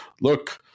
look